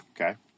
Okay